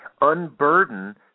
unburden